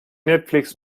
netflix